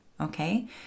okay